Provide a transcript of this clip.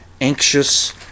anxious